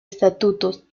estatutos